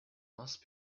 most